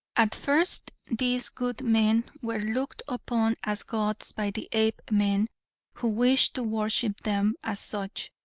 at first, these good men were looked upon as gods by the apemen who wished to worship them as such,